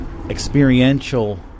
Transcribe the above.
experiential